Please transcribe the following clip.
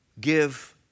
give